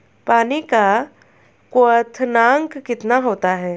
पानी का क्वथनांक कितना होता है?